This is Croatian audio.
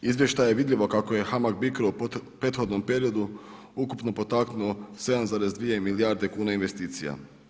Iz izvještaja je vidljivo kako je Hamag Bicro u prethodnom periodu ukupno potaknuo 7,2 milijarde kune investicija.